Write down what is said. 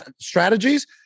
strategies